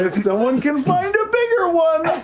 someone can find a bigger one,